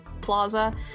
plaza